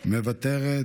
מוותרת,